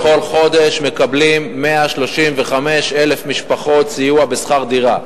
בכל חודש מקבלות 135,000 משפחות סיוע בשכר דירה.